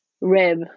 rib